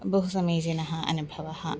बहु समीचीनः अनुभवः